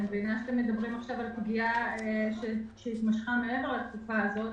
אני מבינה שאתם מדברים עכשיו על סוגיה שנמשכה מעבר לתקופה הזאת,